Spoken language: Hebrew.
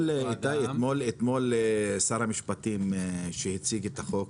אתמול שר המשפטים שהציג את החוק